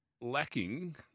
lacking